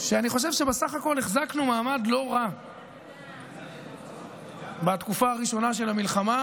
שאני חושב שבסך הכול החזקנו מעמד לא רע בתקופה הראשונה של המלחמה,